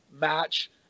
match